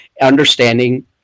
understanding